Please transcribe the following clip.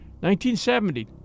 1970